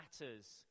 matters